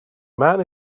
man